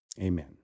amen